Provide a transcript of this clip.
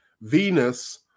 Venus